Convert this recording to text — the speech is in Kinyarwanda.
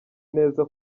neza